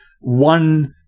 one